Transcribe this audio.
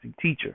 teacher